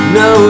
no